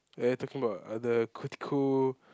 wait are you talking about other co~ cool